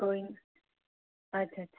कोई निं अच्छा अच्छा